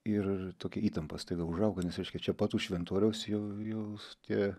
ir tokia įtampa staiga užauga nes reiškia čia pat už šventoriaus jau jau tie